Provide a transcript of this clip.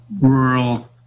rural